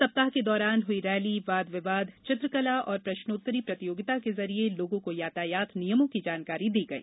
सप्ताह के दौरान हुई रैली वाद विवाद चित्रकला और प्रष्नोत्तरी प्रतियोगिता के जरिए लोगों को यातायात नियमों की जानकारी दी गई